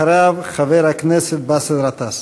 אחריו, חבר הכנסת באסל גטאס.